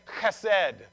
chesed